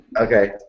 Okay